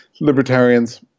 libertarians